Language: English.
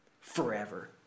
forever